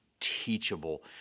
teachable